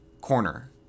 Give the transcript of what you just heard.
corner